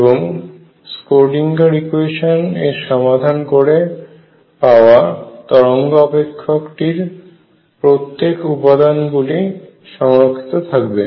এবং স্ক্রোডিঙ্গার ইকুয়েশানSchrödinger equation এর সমাধান করে পাওয়া তরঙ্গ অপেক্ষকটির প্রত্যেক উপাদান গুলি সংরক্ষিত থাকবে